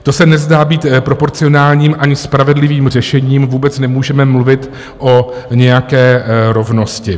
To se nezdá být proporcionálním ani spravedlivým řešením, vůbec nemůžeme mluvit o nějaké rovnosti.